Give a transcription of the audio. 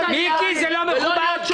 ולא --- לא להיות תליין,